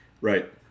Right